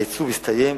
העיצוב הסתיים.